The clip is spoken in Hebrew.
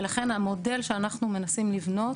ולכן המודל שאנחנו מנסים לבנות